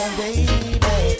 baby